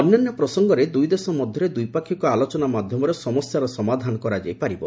ଅନ୍ୟାନ୍ୟ ପ୍ରସଙ୍ଗରେ ଦୁଇଦେଶ ମଧ୍ୟରେ ଦ୍ୱିପାକ୍ଷିକ ଆଲୋଚନା ମାଧ୍ୟମରେ ସମସ୍ୟାର ସମାଧାନ କରାଯାଇ ପାରିବ